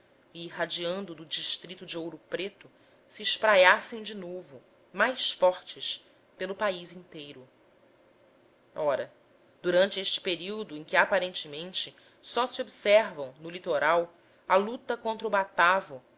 irradiando do distrito de ouro preto se espraiassem de novo mais fortes pelo país inteiro ora durante este período em que aparentemente só se observam no litoral a luta contra o batavo